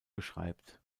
beschreibt